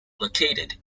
located